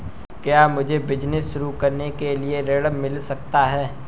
क्या मुझे बिजनेस शुरू करने के लिए ऋण मिल सकता है?